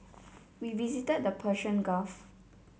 we visited the Persian Gulf